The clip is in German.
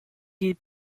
die